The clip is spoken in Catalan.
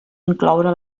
incloure